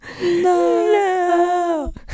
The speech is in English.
No